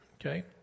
okay